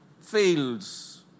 fields